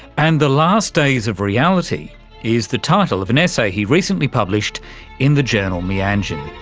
and the last days of reality is the title of an essay he recently published in the journal meanjin.